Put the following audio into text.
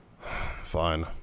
Fine